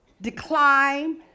decline